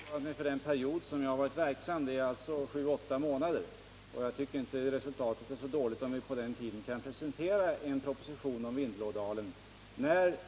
Herr talman! Jag har uttalat mig för den period som jag har varit verksam som arbetsmarknadsminister, alltså sju å åtta månader. Jag tycker inte att resultatet är så dåligt, eftersom vi på den tiden kan presentera en proposition om Vindelådalen.